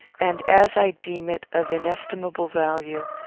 and, as i deem it of inestimable value,